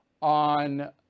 On